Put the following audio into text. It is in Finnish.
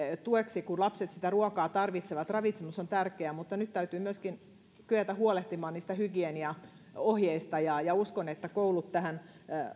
tueksi kun lapset sitä ruokaa tarvitsevat ravitsemus on tärkeää mutta nyt täytyy myöskin kyetä huolehtimaan niistä hygieniaohjeista ja ja uskon että koulut tähän